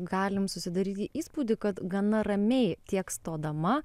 galim susidaryti įspūdį kad gana ramiai tiek stodama